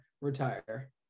retire